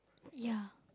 yeah